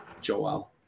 Joel